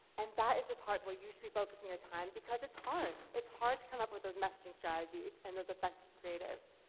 and that is the part where you should be focusing your time because it's hard, it's hard to come up with those messaging strategies and those effective creatives.